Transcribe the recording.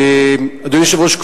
אדוני היושב-ראש,